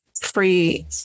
free